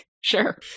sure